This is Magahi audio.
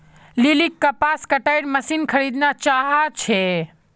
लिलीक कपास कटाईर मशीन खरीदना चाहा छे